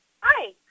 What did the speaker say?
Hi